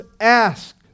ask